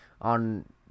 on